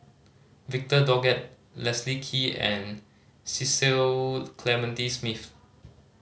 Victor Doggett Leslie Kee and Cecil Clementi Smith